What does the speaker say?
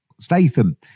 Statham